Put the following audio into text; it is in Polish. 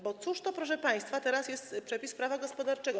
Bo cóż to, proszę państwa, teraz jest przepis prawa gospodarczego?